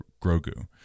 Grogu